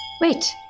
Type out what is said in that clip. Wait